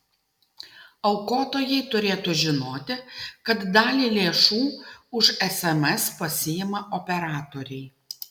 aukotojai turėtų žinoti kad dalį lėšų už sms pasiima operatoriai